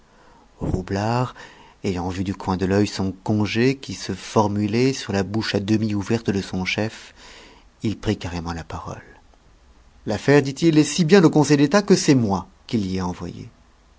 roublard ayant vu du coin de l'œil son congé qui se formulait sur la bouche à demi ouverte de son chef il prit carrément la parole l'affaire dit-il est si bien au conseil d'état que c'est moi qui l'y ai envoyée